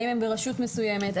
האם הם ברשות מסוימת,